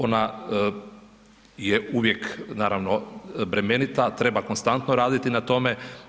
Ona je uvijek naravno bremenita, treba konstantno raditi na tome.